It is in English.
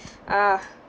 ah